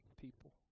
people